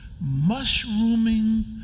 mushrooming